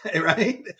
right